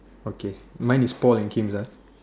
okay mine is Paul and Kim's ah